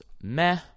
meh